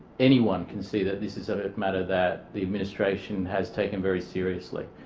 anyone can see that this is a matter that the administration has taken very seriously.